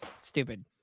stupid